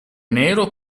nero